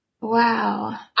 Wow